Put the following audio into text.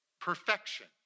perfection